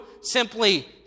simply